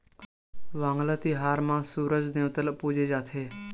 वांगला तिहार म सूरज देवता ल पूजे जाथे